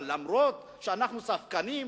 ואף-על-פי שאנחנו ספקנים,